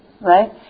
right